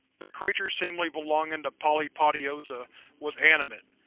the creature seemingly belonging to polypodiozoa was animate,